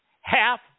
Half